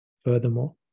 Furthermore